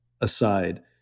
aside